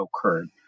occurred